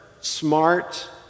smart